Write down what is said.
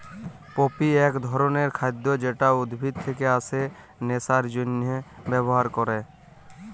poppy এক ধরণের খাদ্য যেটা উদ্ভিদ থেকে আসে নেশার জন্হে ব্যবহার ক্যরে